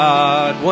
God